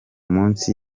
munsi